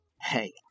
Hey